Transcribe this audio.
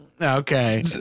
Okay